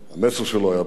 המסר שלו היה ברור.